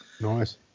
nice